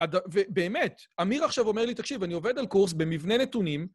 ובאמת, עמיר עכשיו אומר לי, תקשיב, אני עובד על קורס במבנה נתונים...